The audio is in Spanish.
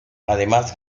además